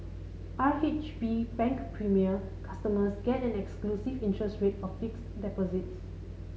R H B Bank Premier customers get an exclusive interest rate for fixed deposits